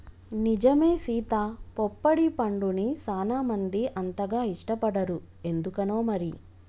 నిజమే సీత పొప్పడి పండుని సానా మంది అంతగా ఇష్టపడరు ఎందుకనో మరి